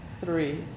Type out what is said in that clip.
three